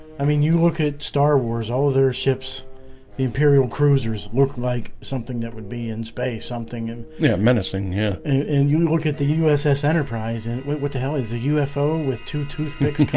i mean you look at star wars all of their ships the imperial cruisers look like something that would be in space something and yeah menacing yeah, and you look at the uss enterprise, and what the hell is a ufo with two toothpicks